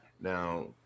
now